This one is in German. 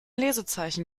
lesezeichen